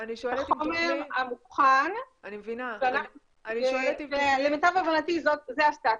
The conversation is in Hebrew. את החומר הנכון ולמיטב הבנתי זה הסטטוס.